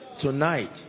tonight